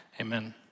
Amen